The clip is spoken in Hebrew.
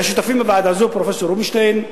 והשותפים בוועדה הזאת, פרופסור רובינשטיין,